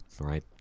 right